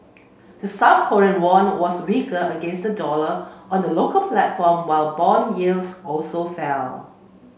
the South Korean won was weaker against the dollar on the local platform while bond yields also fell